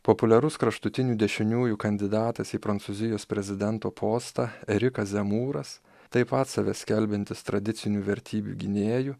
populiarus kraštutinių dešiniųjų kandidatas į prancūzijos prezidento postą rikas zemūras taip pat save skelbiantis tradicinių vertybių gynėju